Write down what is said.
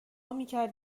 میکرد